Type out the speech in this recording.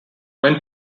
when